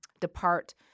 depart